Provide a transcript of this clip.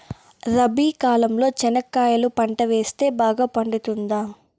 రబి కాలంలో చెనక్కాయలు పంట వేస్తే బాగా పండుతుందా?